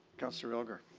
councillor elgar?